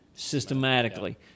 systematically